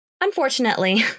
Unfortunately